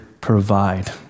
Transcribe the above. provide